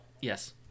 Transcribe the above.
Yes